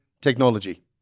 technology